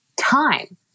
time